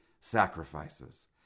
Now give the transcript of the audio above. sacrifices